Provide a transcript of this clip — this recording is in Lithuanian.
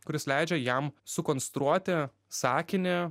kuris leidžia jam sukonstruoti sakinį